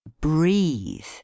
breathe